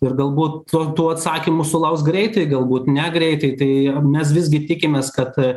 ir galbūt to tų atsakymų sulauks greitai galbūt negreitai tai mes visgi tikimės kad